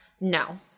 No